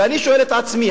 ואני שואל את עצמי,